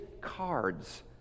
cards